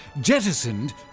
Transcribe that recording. jettisoned